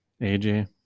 aj